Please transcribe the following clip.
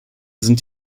sind